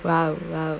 !wow! !wow!